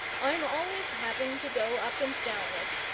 i'm always having to go up and down it,